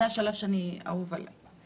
זה השלב שאהוב עליי,